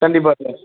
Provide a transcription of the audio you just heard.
கண்டிப்பாக சார்